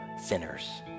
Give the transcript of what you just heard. sinners